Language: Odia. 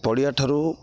ପଡ଼ିଆଠାରୁ